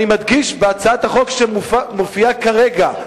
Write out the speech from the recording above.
אני מדגיש: בהצעת החוק שמופיעה כרגע,